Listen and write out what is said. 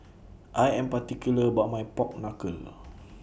I Am particular about My Pork Knuckle